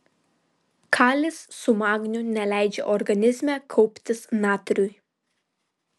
kalis su magniu neleidžia organizme kauptis natriui